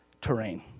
terrain